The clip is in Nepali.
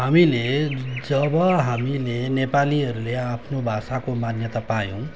हामीले जब हामीले नेपालीहरूले आफ्नो भाषाको मान्यता पायौँ